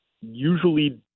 usually